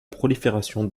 prolifération